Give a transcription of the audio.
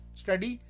study